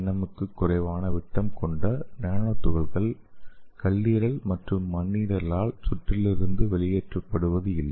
M க்கும் குறைவான விட்டம் கொண்ட நானோ துகள்கள் கல்லீரல் மற்றும் மண்ணீரலால் சுற்றிலிருந்து வெளியேற்றப்படுவது இல்லை